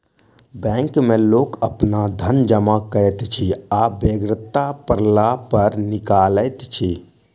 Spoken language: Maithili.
बैंक मे लोक अपन धन जमा करैत अछि आ बेगरता पड़ला पर निकालैत अछि